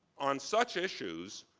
on such issues,